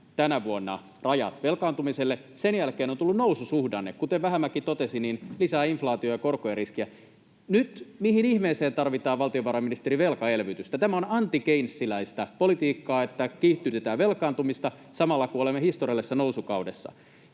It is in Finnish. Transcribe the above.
tänä vuonna rajat velkaantumiselle. Sen jälkeen on tullut noususuhdanne. Kuten Vähämäki totesi, se lisää inflaatio- ja korkojen riskiä. Mihin ihmeeseen nyt tarvitaan, valtiovarainministeri, velkaelvytystä? Tämä on antikeynesiläistä politiikkaa, että kiihdytetään velkaantumista samalla, kun olemme historiallisessa nousukaudessa.